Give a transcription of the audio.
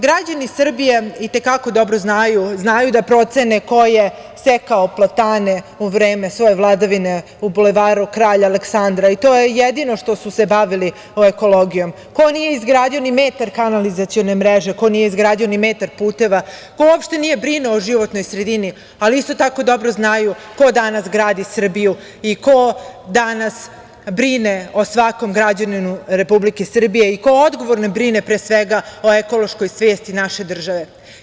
Građani Srbije i te kako dobro znaju da procene ko je sekao platane u vreme svoje vladavine u Bulevaru Kralja Aleksandra i to je jedino što su se bavili ekologijom, ko nije izgradio ni metar kanalizacione mreže, ko nije izgradio ni metar puteva, ko uopšte nije brinuo o životnoj sredini, ali isto tako dobro znaju ko danas gradi Srbiju i ko danas brine o svakom građaninu Republike Srbije i ko odgovorno brine pre svega o ekološkoj svesti naše države.